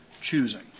choosing